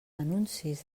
anuncis